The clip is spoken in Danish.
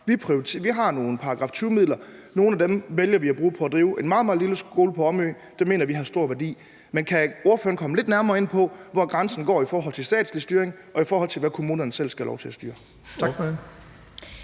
Vi har nogle § 20-midler, og nogle af dem vælger vi at bruge på at drive en meget, meget lille skole på Omø, for det mener vi har stor værdi. Men kan ordføreren komme lidt nærmere ind på, hvor grænsen går i forhold til statslig styring, og hvad kommunerne selv skal have lov til at styre?